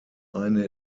eine